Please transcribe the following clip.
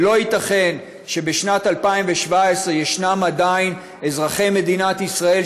ולא ייתכן שבשנת 2017 עדיין יש אזרחי מדינת ישראל